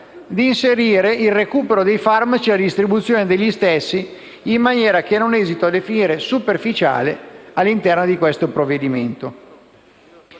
di inserire il recupero dei farmaci e la distribuzione degli stessi in una maniera che non esito a definire superficiale all'interno di questo provvedimento.